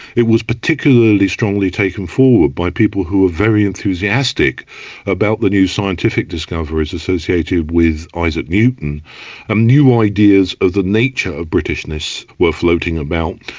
it was particularly strongly taken forward by people who were very enthusiastic about the new scientific discoveries associated with isaac newton and new ideas of the nature of britishness were floating about.